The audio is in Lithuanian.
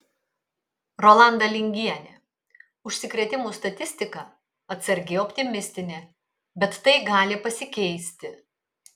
rolanda lingienė užsikrėtimų statistika atsargiai optimistinė bet tai gali pasikeisti